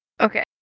Okay